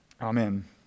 Amen